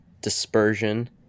dispersion